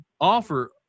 offer